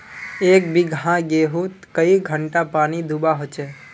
एक बिगहा गेँहूत कई घंटा पानी दुबा होचए?